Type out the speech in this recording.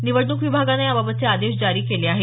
निवडणूक विभागानं याबाबतचे आदेश जारी केले आहेत